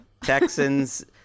Texans